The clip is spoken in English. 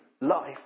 life